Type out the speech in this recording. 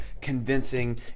convincing